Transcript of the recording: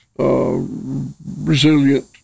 Resilient